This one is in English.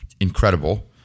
incredible